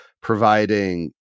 providing